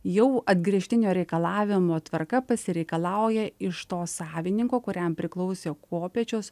jau atgręžtinio reikalavimo tvarka pasireikalauja iš to savininko kuriam priklausė kopėčios